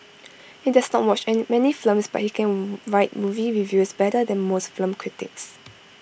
he does not watch any many films but he can write movie reviews better than most film critics